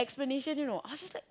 explanation you know I was just